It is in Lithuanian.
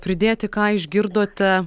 pridėti ką išgirdote